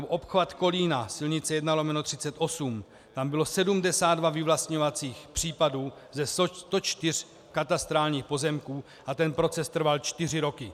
Obchvat Kolína, silnice 1/38, tam bylo 72 vyvlastňovacích případů ze 104 katastrálních pozemků a ten proces trval čtyři roky.